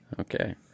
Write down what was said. Okay